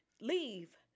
leave